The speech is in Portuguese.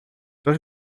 dois